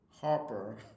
Harper